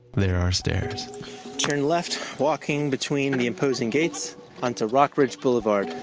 there are stairs turn left, walking between the imposing gates onto rockridge boulevard.